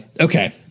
okay